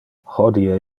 hodie